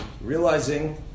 realizing